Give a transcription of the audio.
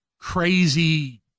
crazy